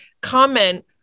comment